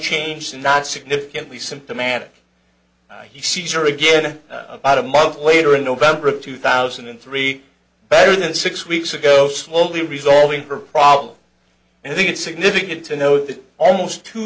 unchanged not significantly symptomatic he seizure again about a month later in november of two thousand and three better than six weeks ago slowly resolving her problem and i think it's significant to know that almost two